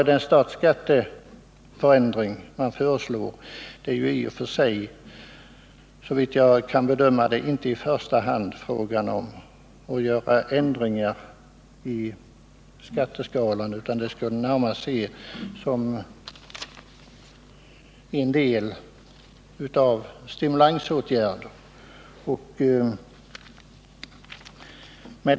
Den statsskatteförändring som föreslås skall såvitt jag kan bedöma inte i första hand betraktas som ett försök att förbättra skatteskalan utan i stället närmast ses som ett led i ansträngningarna att stimulera ekonomin.